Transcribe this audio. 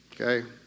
okay